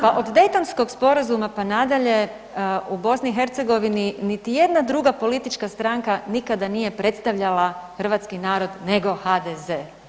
Pa od Dejtonskog sporazuma pa nadalje u BiH niti jedna druga politička stranka nikada nije predstavljala hrvatski narod nego HDZ.